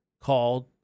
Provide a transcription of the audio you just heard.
called